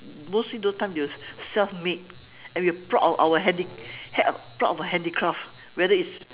mostly those time you will self make and we are proud of our handi~ h~ proud of our handicraft whether it's